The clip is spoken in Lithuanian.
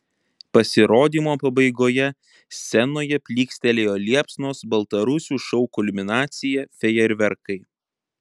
pasirodymo pabaigoje scenoje plykstelėjo liepsnos baltarusių šou kulminacija fejerverkai